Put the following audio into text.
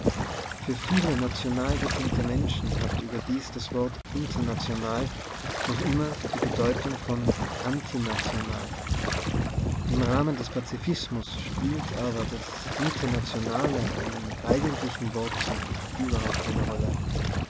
für viele national gesinnte menschen hat überdies das wort international noch immer die bedeutung von antinational im rahmen des pazifismus spielt aber das internationale im eigentlichen wortsinn überhaupt keine rolle